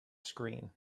screen